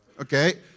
Okay